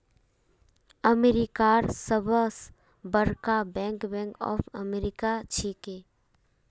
अमेरिकार सबस बरका बैंक बैंक ऑफ अमेरिका छिके